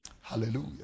hallelujah